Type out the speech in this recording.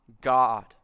God